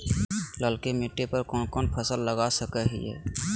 ललकी मिट्टी पर कोन कोन फसल लगा सकय हियय?